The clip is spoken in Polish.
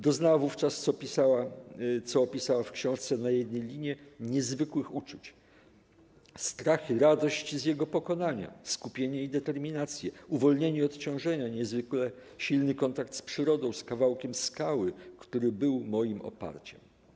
Doznała wówczas, co opisała w książce 'Na jednej linie', niezwykłych uczuć: 'strach i radość z jego pokonania, skupienie i determinację, uwolnienie się od ciążenia, niezwykle silny kontakt z przyrodą, z kawałkiem skały, który był moim oparciem'